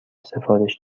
سفارش